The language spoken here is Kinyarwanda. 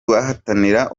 bahatanira